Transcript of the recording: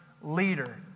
leader